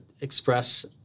express